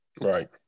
right